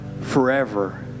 forever